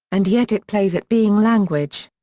and yet it plays at being language.